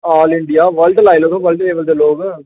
आल India world लाई लैओ तुस मतलब वर्ल्ड लेबल दे लोक